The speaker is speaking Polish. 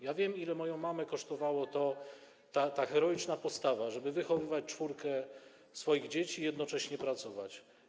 Ja wiem, ile moją mamę kosztowała ta heroiczna postawa, żeby wychowywać czwórkę swoich dzieci i jednocześnie pracować.